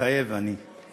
מתחייב אני.